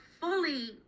fully